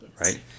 Right